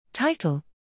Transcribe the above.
Title